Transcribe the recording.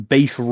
Beef